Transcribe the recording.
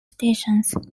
stations